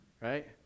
Right